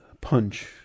Punch